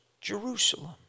Jerusalem